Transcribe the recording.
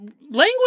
Language